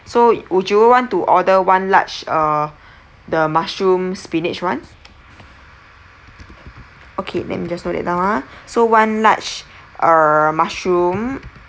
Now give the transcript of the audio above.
so would you want to order one large err the mushroom spinach [one] okay let me just note that down ah so one large err mushroom